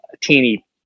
teeny